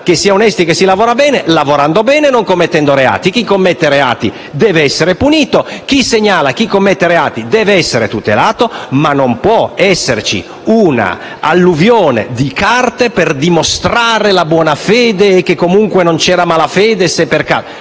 che si è onesti e che si lavora bene lavorando bene e non commettendo reati. Chi commette reati deve essere punito; chi segnala chi commette dei reati deve essere tutelato, ma non può esserci una alluvione di carte per dimostrare la buona fede o che comunque non c'era malafede. Non